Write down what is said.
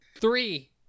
Three